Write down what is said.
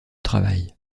travail